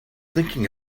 thinking